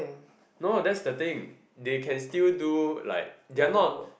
no that's the thing they can still do like they are not